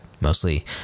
mostly